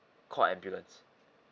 called ambulance